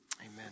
Amen